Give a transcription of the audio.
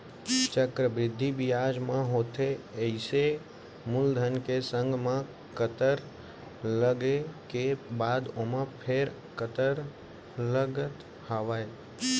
चक्रबृद्धि बियाज म होथे अइसे मूलधन के संग म कंतर लगे के बाद ओमा फेर कंतर लगत हावय